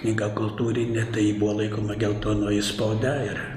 knyga kultūrinė tai ji buvo laikoma geltonoji spauda ir